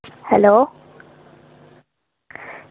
hello